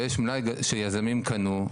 ויש מלאי שיזמים קנו,